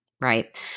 right